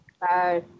Bye